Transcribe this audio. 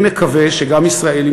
אני מקווה שגם ישראל,